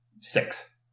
six